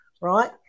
right